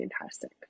fantastic